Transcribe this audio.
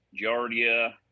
giardia